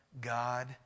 God